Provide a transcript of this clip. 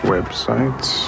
Websites